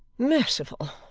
merciful!